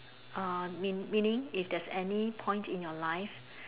uh mean meaning if there's any point in your life